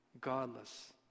godless